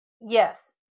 yes